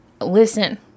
Listen